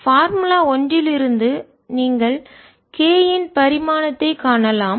formula சூத்திரத்திலிருந்து ஒன்றிலிருந்து நீங்கள் k இன் பரிமாணத்தைக் காணலாம்